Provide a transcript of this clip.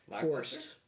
forced